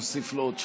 נוסיף לו עוד שלוש.